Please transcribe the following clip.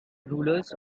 rulers